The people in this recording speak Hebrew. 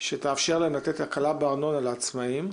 שתאפשר להם לתת הקלה בארנונה לעצמאיים.